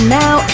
now